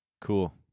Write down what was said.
Cool